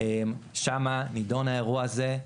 שמה נידון האירוע הזה,